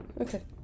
Okay